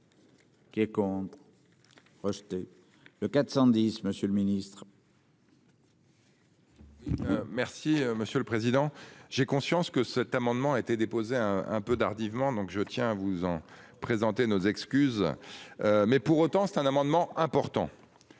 Qui est compte. Moi. Le 410 monsieur le ministre. Merci, monsieur le Président, j'ai conscience que cet amendement a été déposé un un peu d'hardiment donc je tiens à vous en présenter nos excuses. Mais pour autant c'est un amendement important.